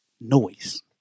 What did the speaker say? Noise